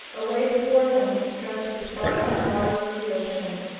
away before them stretched the sparkling waters of the ocean,